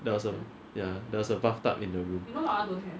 there was a ya there was a bathtub in the room